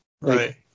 Right